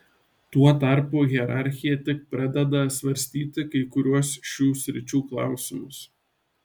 tuo tarpu hierarchija tik pradeda svarstyti kai kuriuos šių sričių klausimus